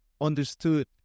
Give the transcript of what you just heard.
understood